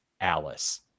Alice